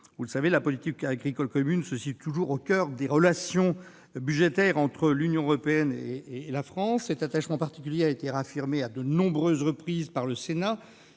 des aides de la politique agricole commune, cette dernière se situant toujours au coeur des relations budgétaires entre l'Union européenne et la France. Cet attachement particulier a été réaffirmé à de nombreuses reprises par le Sénat,